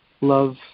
love